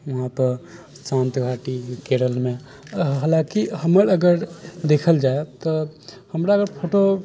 वहाँपर शान्त घाटी केरलमे हालाँकि हमर अगर देखल जाइ तऽ हमरा अगर फोटो